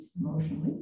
emotionally